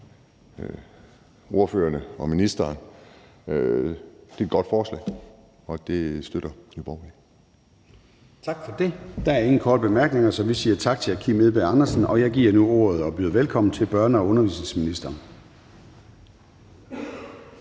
ordførerne og ministeren. Det er et godt forslag, og det støtter Nye Borgerlige. Kl. 13:57 Formanden (Søren Gade): Tak for det. Der er ingen korte bemærkninger, så vi siger tak til hr. Kim Edberg Andersen. Jeg giver nu ordet og byder velkommen til børne- og undervisningsministeren.